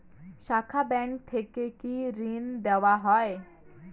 শাখা ব্যাংক থেকে কি ঋণ দেওয়া হয়?